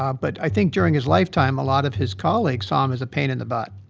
um but i think during his lifetime, a lot of his colleagues saw him as a pain in the butt.